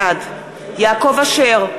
בעד יעקב אשר,